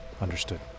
understood